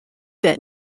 that